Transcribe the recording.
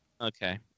okay